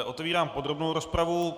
Otvírám podrobnou rozpravu.